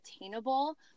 attainable